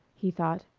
he thought.